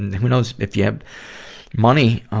who knows if you have money, um,